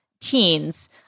teens